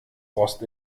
rost